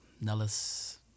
Nellis